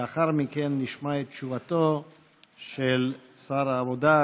לאחר מכן נשמע את תשובתו של שר העבודה,